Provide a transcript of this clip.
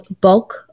Bulk